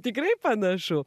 tikrai panašu